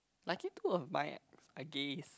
like it two of mine ah I guess